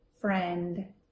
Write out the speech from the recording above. friend